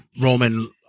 Roman